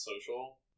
social